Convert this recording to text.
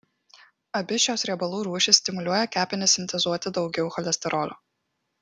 abi šios riebalų rūšys stimuliuoja kepenis sintezuoti daugiau cholesterolio